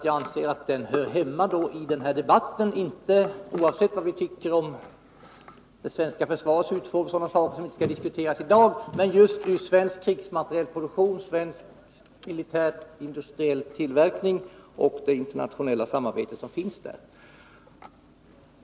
Jag anser att den hör hemma i denna debatt — oavsett vad vi tycker om det svenska försvarets utformning vilken, som jag sade, inte skall diskuteras i dag — i samband med frågor om svensk krigsmaterielproduktion, svensk militär industriell tillverkning och det internationella samarbete som finns där.